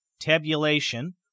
tabulation